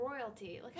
royalty